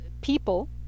people